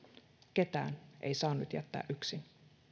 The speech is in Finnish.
ketään ei saa nyt jättää yksin